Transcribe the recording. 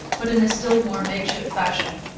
but in a still more makeshift fashion.